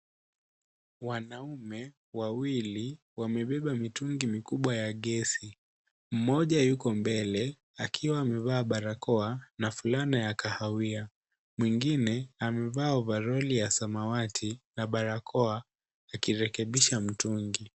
Wanaume wawili wamebeba mitungi mikubwa ya gesi. Mmoja yuko mbele akiwa amevaa barakoa na fulana ya kahawia. Mwengine amevaa ovaroli ya samawati na barakoa akirekebisha mtungi.